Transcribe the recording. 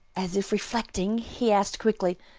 as if reflecting, he asked quickly,